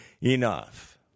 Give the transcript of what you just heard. enough